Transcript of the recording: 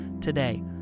today